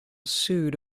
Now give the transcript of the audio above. sued